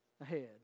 ahead